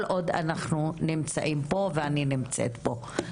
כל עוד אנחנו נמצאים פה, ואני נמצאת פה.